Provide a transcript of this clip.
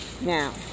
now